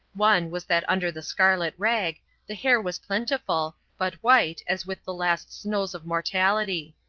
one was that under the scarlet rag the hair was plentiful, but white as with the last snows of mortality.